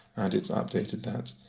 and it's updated that.